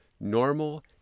normal